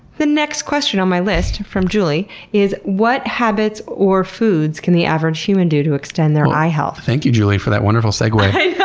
the next question on my list from julie is what habits or foods can the average human due to extend their eye health? thank you julie for that wonderful segue.